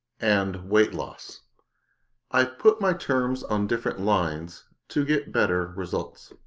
and weight loss i've put my terms on different lines to get better results.